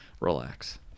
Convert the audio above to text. Relax